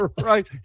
right